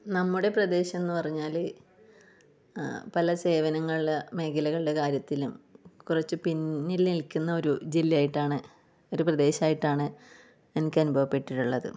നമ്മുടെ പ്രദേശം എന്ന് പറഞ്ഞാൽ പല സേവനങ്ങളിൽ മേഖലകളുടെ കാര്യത്തിലും കുറച്ച് പിന്നിൽ നിൽക്കുന്ന ഒരു ജില്ലയായിട്ടാണ് ഒരു പ്രദേശമായിട്ടാണ് എനിക്ക് അനുഭവപ്പെട്ടിട്ടുള്ളത്